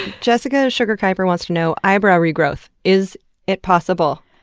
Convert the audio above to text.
jessica sugar kyper wants to know eyebrow regrowth, is it possible?